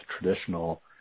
traditional